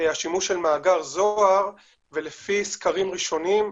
השימוש של מאגר זוהר, ולפי סקרים ראשונים,